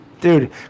dude